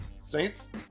Saints